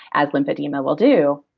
as lymphedema will do.